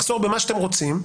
מחסור במה שאתם רוצים.